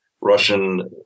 Russian